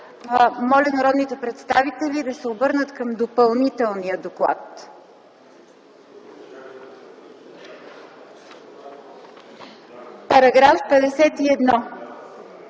Моля народните представители да се обърнат към Допълнителния доклад. „§ 51.